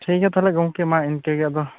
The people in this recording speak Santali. ᱴᱷᱤᱠ ᱜᱮᱭᱟ ᱛᱟᱦᱚᱞᱮ ᱜᱚᱝᱠᱮ ᱢᱟ ᱤᱱᱠᱟᱹᱜᱮ ᱟᱫᱚ